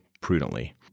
prudently